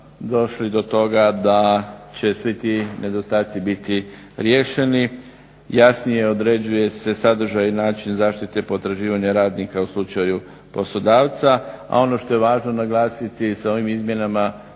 došli do toga da će svi ti nedostaci biti riješeni. Jasnije određuje se sadržaj i način zaštite potraživanja radnika u slučaju poslodavca, a ono što je važno naglasiti sa ovim izmjenama